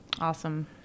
Awesome